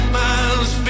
miles